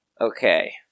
Okay